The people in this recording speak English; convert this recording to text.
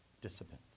discipline